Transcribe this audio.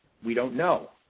we don't know.